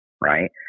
right